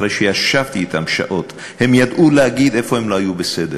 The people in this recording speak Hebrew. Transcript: אחרי שישבתי אתם שעות הם ידעו להגיד איפה הם לא היו בסדר,